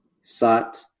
Sat